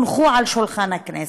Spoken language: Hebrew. הונחו על שולחן הכנסת,